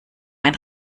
ein